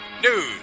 news